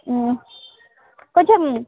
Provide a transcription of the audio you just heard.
కొంచం